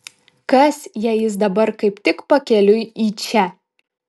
kas jei jis dabar kaip tik pakeliui į čia